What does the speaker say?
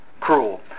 cruel